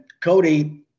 Cody